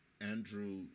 Andrew